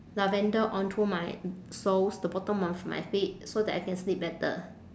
lavender onto my soles the bottom of my feet so that I can sleep better